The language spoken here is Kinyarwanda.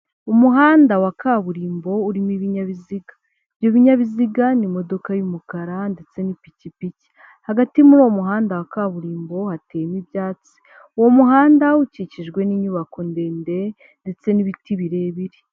Umuhanda wa kaburimbo urimo ibinyabiziga; ibyo binyabiziga ni imodoka y'umukara ndetse n'ipikipiki. Hagati muri uwo muhanda wa kaburimbo hateyemo ibyatsi, uwo muhanda ukikijwe n'inyubako ndende ndetse n'ibiti birebire.